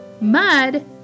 Mud